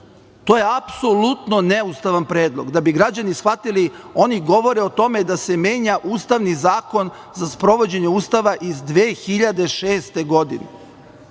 To je apsolutno neustavan predlog. Da bi građani shvatili, oni govore o tome da se menja ustavni zakon za sprovođenje Ustava iz 2006. godine,